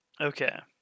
Okay